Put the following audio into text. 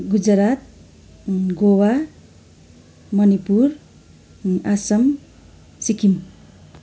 Gujarat Goa Manipur Assam Sikkim